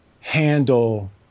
handle